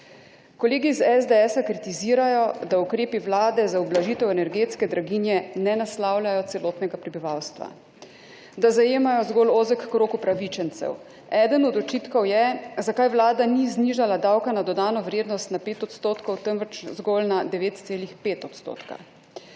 Kolegi iz SDS a kritizirajo, da ukrepi Vlade za ublažitev energetske draginje ne naslavljajo celotnega prebivalstva, da zajemajo zgolj ozek krog upravičencev. Eden od očitkov je, zakaj Vlada ni znižala davka na dodano vrednost na 5 %, temveč zgolj na 9,5 %.